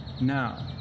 now